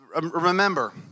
remember